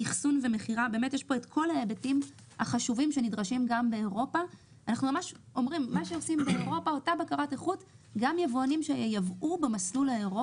גם את התקנים האלה אנחנו מתכוונים לבחון במטרה לבטל את הרשמיות,